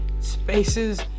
spaces